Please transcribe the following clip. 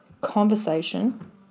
conversation